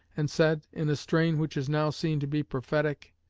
and said, in a strain which is now seen to be prophetic